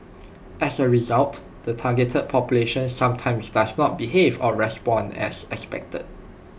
as A result the targeted population sometimes does not behave or respond as expected